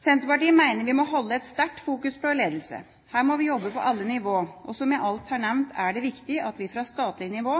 Senterpartiet mener vi må holde et sterkt fokus på ledelse. Her må vi jobbe på alle nivå. Som jeg alt har nevnt, er det viktig at vi fra statlig nivå